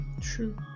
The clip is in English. True